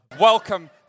Welcome